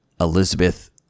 Elizabeth